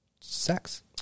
sex